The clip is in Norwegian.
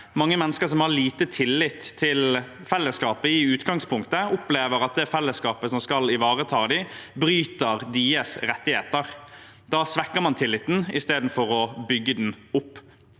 mange av dem har lite tillit til fellesskapet i utgangspunktet – opplever at det fellesskapet som skal ivareta dem, bryter deres rettigheter. Da svekker man tilliten istedenfor å bygge den opp.